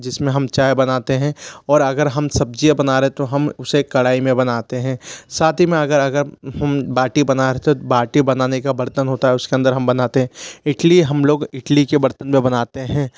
जिसमें हम चाय बनाते हैं और अगर हम सब्जियां बना रहे तो हम उसे कढ़ाई में बनाते हैं साथ ही में अगर अगर हम बाटी बना रहे तो बाटी बनाने का बर्तन होता है उसके अंदर हम बनाते हैं इटली हम लोग इटली के बर्तन में बनाते हैं